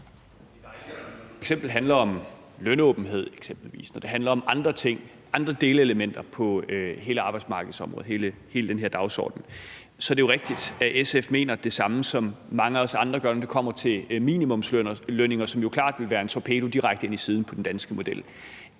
… handler om lønåbenhed eksempelvis, når det handler om andre ting, andre delelementer på hele arbejdsmarkedsområdet, hele den her dagsorden, så er det jo rigtigt, at SF mener det samme, som mange af os andre gør, når det kommer til minimumslønninger, som jo klart vil være en torpedo direkte ind i siden på den danske model.